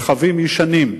הרכבים ישנים.